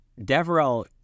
devrel